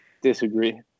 Disagree